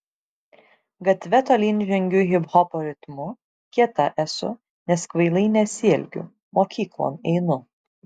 gatve tolyn žengiu hiphopo ritmu kieta esu nes kvailai nesielgiu mokyklon einu